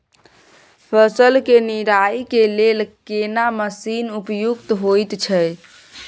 फसल के निराई के लेल केना मसीन उपयुक्त होयत छै?